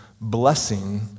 blessing